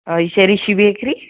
آ یہِ چھِا ریٖشی بیٚکری